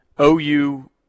OU